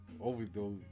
Overdose